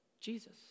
Jesus